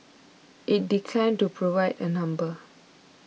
it declined to provide a number